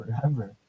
forever